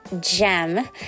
gem